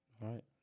Right